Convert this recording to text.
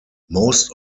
most